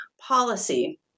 policy